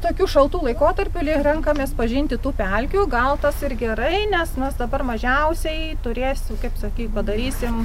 tokiu šaltu laikotarpiu renkamės pažinti tų pelkių gal tas ir gerai nes mes dabar mažiausiai turėsim kaip sakei padarysim